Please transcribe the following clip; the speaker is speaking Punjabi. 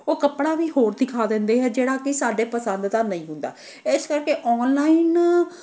ਉਹ ਕੱਪੜਾ ਵੀ ਹੋਰ ਦਿਖਾ ਦਿੰਦੇ ਹੈ ਜਿਹੜਾ ਕਿ ਸਾਡੇ ਪਸੰਦ ਦਾ ਨਹੀਂ ਹੁੰਦਾ ਇਸ ਕਰਕੇ ਓਨਲਾਈਨ